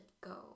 go